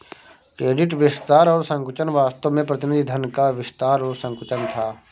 credit विस्तार और संकुचन वास्तव में प्रतिनिधि धन का विस्तार और संकुचन था